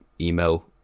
email